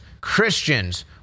Christians